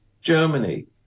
Germany